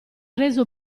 reso